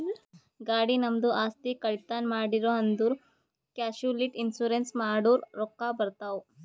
ಗಾಡಿ, ನಮ್ದು ಆಸ್ತಿ, ಕಳ್ತನ್ ಮಾಡಿರೂ ಅಂದುರ್ ಕ್ಯಾಶುಲಿಟಿ ಇನ್ಸೂರೆನ್ಸ್ ಮಾಡುರ್ ರೊಕ್ಕಾ ಬರ್ತಾವ್